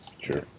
Sure